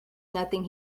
nothing